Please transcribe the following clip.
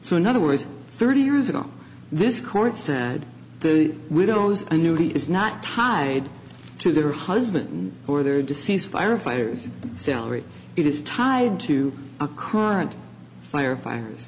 so in other words thirty years ago this court said the widows and knew he is not tied to their husband or their deceased firefighters salary it is tied to a current firefighters